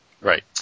Right